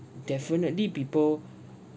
definitely people